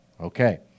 Okay